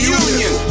union